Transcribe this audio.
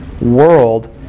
world